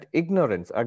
ignorance